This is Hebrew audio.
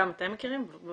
ובוודאי שגם אתם מכירים.